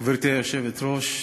גברתי היושבת-ראש,